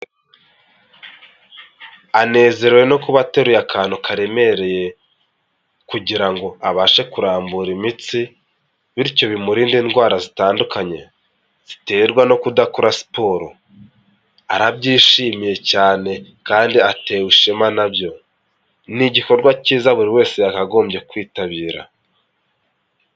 Anezerewe no kuba ateruye akantu karemereye, kugira ngo abashe kurambura imitsi, bityo bimurinde indwara zitandukanye, ziterwa no kudakora siporo, arabyishimiye cyane, kandi atewe ishema na byo, ni igikorwa cyiza buri wese yakagombye kwitabira.